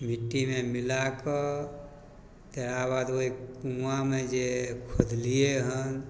मिट्टीमे मिलाकऽ तकरा बाद ओहि कुआँमे जे खोदलिए हन